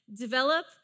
develop